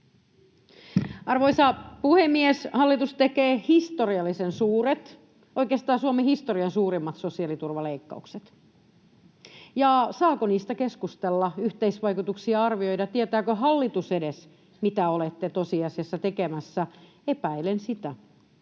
Arvoisa puhemies! Hallitus tekee historiallisen suuret — oikeastaan Suomen historian suurimmat — sosiaaliturvaleikkaukset, ja saako niistä keskustella, yhteisvaikutuksia arvioida? Tietääkö hallitus edes, mitä olette tosiasiassa tekemässä? Epäilen sitä,